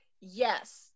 Yes